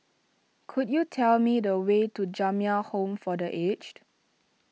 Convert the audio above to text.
could you tell me the way to Jamiyah Home for the Aged